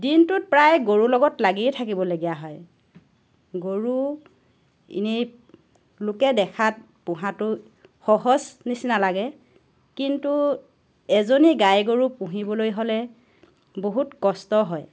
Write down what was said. দিনটোত প্ৰায় গৰুৰ লগত লাগিয়ে থাকিবগীয়া হয় গৰু এনেই লোকে দেখাত পোহাটো সহজ নিচিনা লাগে কিন্তু এজনী গাই গৰু পুহিবলৈ হ'লে বহুত কষ্ট হয়